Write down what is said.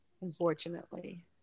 unfortunately